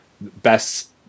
best